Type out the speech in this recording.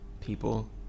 people